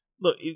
look